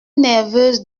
nerveuses